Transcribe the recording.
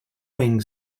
wing